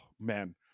man